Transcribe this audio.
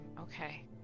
okay